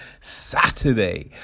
Saturday